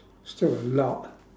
still a lot